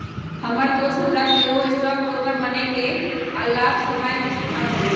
हमर दोस हमरा सेहो स्टॉक ब्रोकर बनेके आऽ लाभ कमाय के सुझाव देलइ